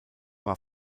war